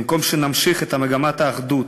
במקום שנמשיך את מגמת האחדות